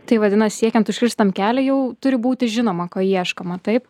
tai vadinas siekiant užkirst tam kelią jau turi būti žinoma ko ieškoma taip